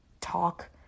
talk